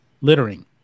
littering